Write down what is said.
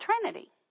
Trinity